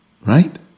right